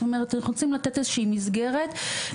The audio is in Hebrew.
זאת אומרת אנחנו רוצים לתת איזו שהיא מסגרת כדי